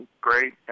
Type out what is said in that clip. great